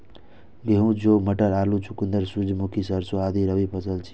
गहूम, जौ, मटर, आलू, चुकंदर, सूरजमुखी, सरिसों आदि रबी फसिल छियै